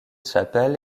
chapel